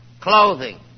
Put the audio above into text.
clothing